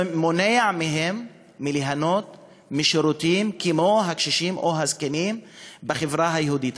זה מונע מהם ליהנות משירותים כמו הקשישים או הזקנים בחברה היהודית.